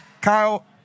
Kyle